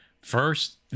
First